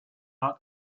not